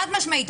חד-משמעית.